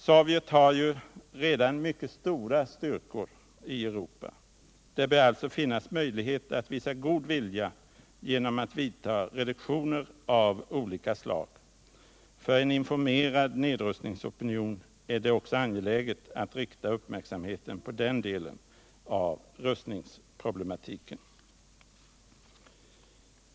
Sovjet har ju redan mycket stora styrkor i Europa. Det bör alltså finnas möjlighet att visa god vilja genom att vidta reduktioner av olika slag. För en informerad nedrustningsopinion är det också angeläget att rikta uppmärksamheten på denna del av nedrustningsproblematiken.